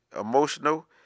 emotional